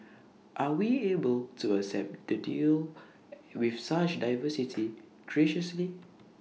are we able to accept the deal with such diversity graciously